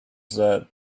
that